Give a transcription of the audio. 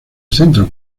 centro